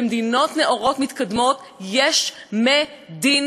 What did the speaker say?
במדינות נאורות מתקדמות יש מדיניות,